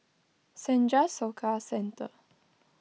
Senja Soka Centre